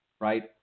right